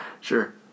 Sure